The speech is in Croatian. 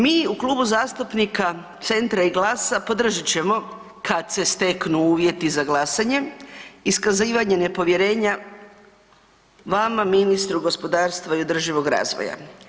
Mi u Klubu zastupnika Centra i GLAS-a podržat ćemo kad se steknu uvjeti za glasanje, iskazivanje nepovjerenja vama ministru gospodarstva i održivog razvoja.